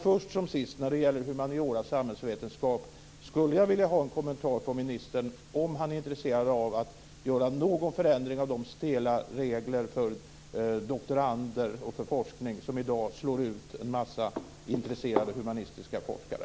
Först som sist när det gäller humaniora och samhällsvetenskap skulle jag vilja ha en kommentar från ministern om ifall han är intresserad av att göra någon förändring av de stela regler för doktorander och forskning som i dag slår ut en massa intresserade humanistiska forskare.